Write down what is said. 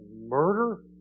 murder